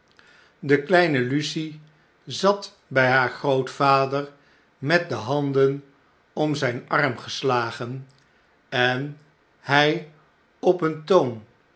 de kleine lucie zat by haar grootvaer met de handen om zyn arm geslagen en hy op een toon